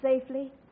safely